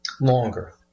longer